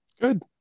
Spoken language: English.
Good